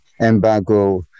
embargo